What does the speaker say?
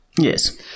yes